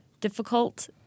difficult